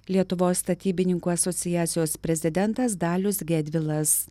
lietuvos statybininkų asociacijos prezidentas dalius gedvilas